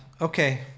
Okay